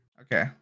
Okay